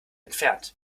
entfernt